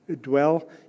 Dwell